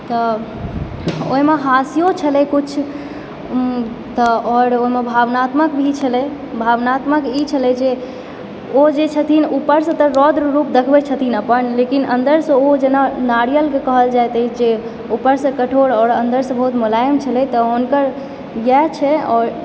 तऽ ओहिमे हास्यो छलय कुछ तऽ आओर ओहिमे भावनात्मक भी छलय भावनात्मक ई छलय जे ओ जे छथिन ऊपरसँ तऽ रौद्र रुप देखबय छथिन अपन लेकिन अन्दरसँ ओ जेना नारियलके कहल जाइत अछि जे ऊपरसँ कठोर आओर अन्दरसँ बहुत मुलायम छलय तऽ हुनकर इएह छै आओर